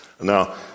now